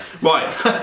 Right